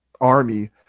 army